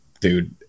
dude